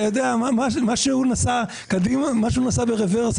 מה שהוא נסע קדימה ומה שהוא נסע ברוורס,